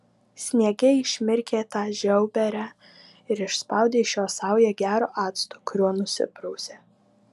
sniege išmirkė tą žiauberę ir išspaudė iš jos saują gero acto kuriuo nusiprausė